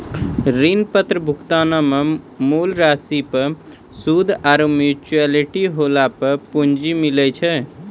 ऋण पत्र भुगतानो मे मूल राशि पर सूद आरु मेच्योरिटी होला पे पूंजी मिलै छै